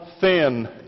thin